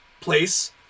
place